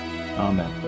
amen